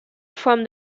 from